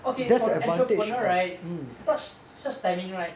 okay for the entrepreneur right such such timing right